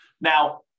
Now